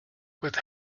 with